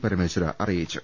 പരമേശ്വര അറിയിച്ചു